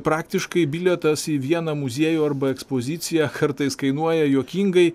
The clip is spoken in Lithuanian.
praktiškai bilietas į vieną muziejų arba ekspoziciją kartais kainuoja juokingai